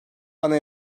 ana